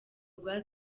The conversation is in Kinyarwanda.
rwa